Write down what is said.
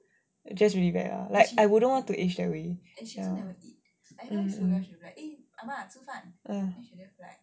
was just really bad lah like I wouldn't want to age that way ya